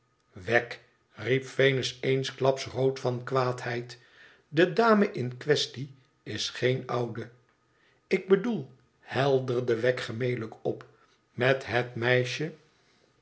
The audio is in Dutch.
riep venus eensklaps rood van kwaadheid de dame in quaestie is geen oude tik bedoel helderde wegg gemelijk op t met het meisje